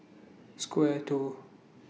Square two